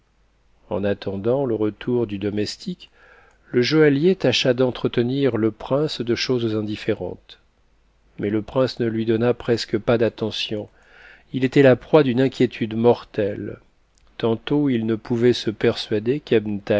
en attendant le retour du domestique le joaillier tâcha d'entretenir le prince de choses indifférentes mais le prince ne lui donna presque pas d'attention h était la proie d'une inquiétude mortelle tantôt il ne pouvait se persuader